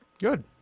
Good